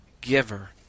giver